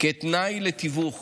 כתנאי לתיווך